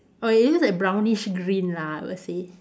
oh it is like brownish green lah I would say